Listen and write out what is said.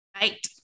right